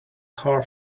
hard